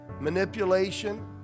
Manipulation